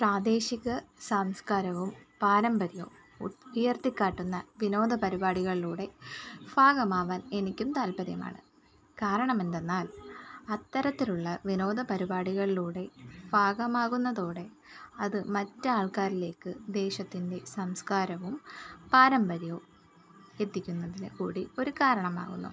പ്രാദേശിക സംസ്കാരവും പാരമ്പര്യവും ഉയർത്തി കാട്ടുന്ന വിനോദപരിപാടികളിലൂടെ ഭാഗമാകാൻ എനിക്കും താൽപ്പര്യമാണ് കാരണം എന്തെന്നാൽ അത്തരത്തിലുള്ള വിനോദ പരിപാടികളിലൂടെ ഭാഗമാകുന്നതോടെ അത് മാറ്റൾക്കാരിലേക്ക് ദേശത്തിൻ്റെ സംസ്കാരവും പാരമ്പര്യവും എത്തിക്കുന്നതിൽ കൂടി ഒരു കാരണമാകുന്നു